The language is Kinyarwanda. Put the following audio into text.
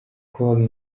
cole